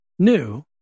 new